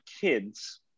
kids